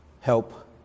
help